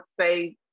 say